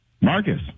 marcus